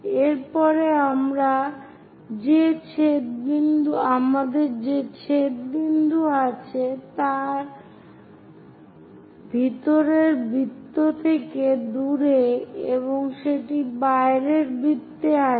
এর পরে আমাদের যে ছেদ বিন্দু আছে তা ভিতরের বৃত্ত থেকে দূরে এবং সেটি বাইরের বৃত্তে আছে